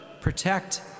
protect